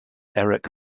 erik